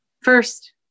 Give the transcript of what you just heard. First